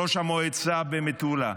ראש המועצה במטולה,